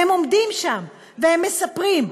והם עומדים שם והם מספרים,